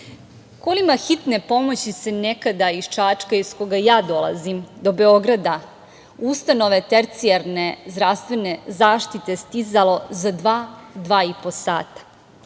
Kolima hitne pomoći se nekada iz Čačka, iz koga ja dolazim, do Beograda u ustanove tercijarne zdravstvene zaštite stizalo za dva, dva